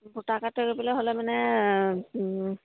voter card তৰিবলৈ হ'লে মানে